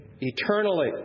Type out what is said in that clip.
eternally